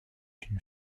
une